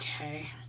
okay